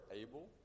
able